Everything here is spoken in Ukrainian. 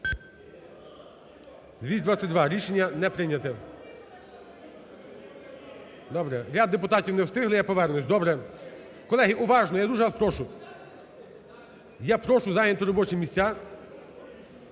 За-222 Рішення не прийняте. Ряд депутатів не встигли, я повернуся, добре. Колеги, уважно, я дуже вас прошу. Я прошу зайняти робочі місця.